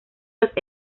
los